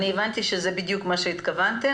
הבנתי שלזה בדיוק התכוונתם.